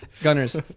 Gunners